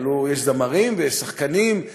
אבל יש זמרים ויש שחקנים,